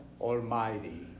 Almighty